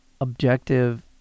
objective